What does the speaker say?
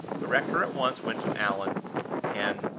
the rector at once went to allan and,